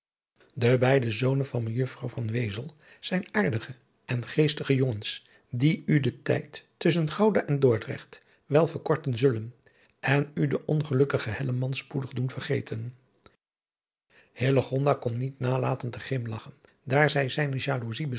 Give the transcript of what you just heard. de beide zonen van mejuffrouw van wezel zijn aardige en geestige jongens die u den tijd tusschen gouda en dordrecht wel verkorten zullen en u den ongelukkigen hellemans spoedig doen vergeten hillegonda kon niet nalaten te grimlagchen daar zij zijne